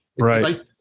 right